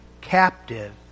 captive